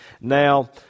Now